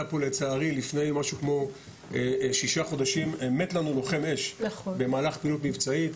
לצערי לפני כשישה חודשים מת לנו לוחם אש במהלך פעילות מבצעית.